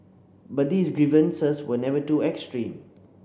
but these grievances were never too extreme